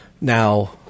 Now